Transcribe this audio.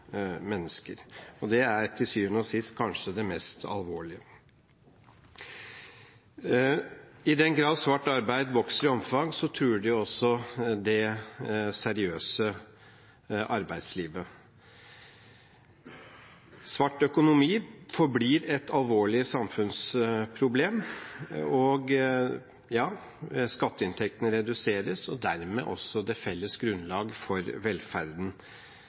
mennesker. Og det er til syvende og sist kanskje det mest alvorlige. I den grad svart arbeid vokser i omfang, truer det også det seriøse arbeidslivet. Svart økonomi forblir et alvorlig samfunnsproblem, og ja – skatteinntektene reduseres og dermed også det felles grunnlaget for velferden.